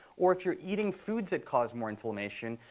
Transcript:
or if you're eating foods that cause more information,